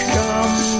come